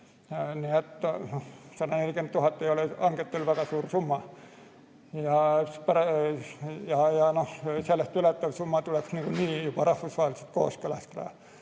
140 000 ei ole hangetel väga suur summa ja seda ületav summa tuleks nagunii juba rahvusvaheliselt kooskõlastada.